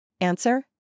Answer